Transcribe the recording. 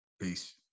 Peace